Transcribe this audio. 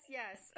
yes